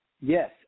Yes